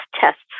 tests